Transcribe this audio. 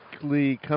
come